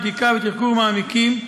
בדיקה ותחקור מעמיקים,